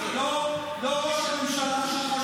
לא ראש הממשלה שלך,